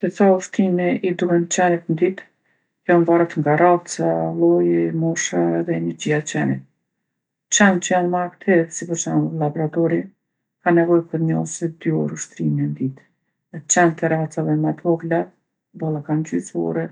Se sa ushtrime i duhen qenit n'ditë, kjo mvaret nga raca, lloji, mosha dhe energjia e qenit. Qentë që jon ma aktivë, si për shemull llabradori, kanë nevojë per njo ose dy orë ushtrime n'ditë. E qentë e racave ma t'vogla boll e kanë gjysë ore